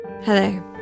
hello